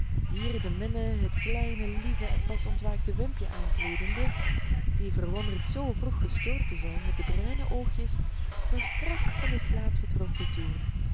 hier de minne het kleine lieve en pas ontwaakte wimpje aankleedende die verwonderd zoo vroeg gestoord te zijn met de bruine oogjes nog strak van den slaap zat rond te turen